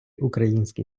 українські